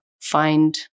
find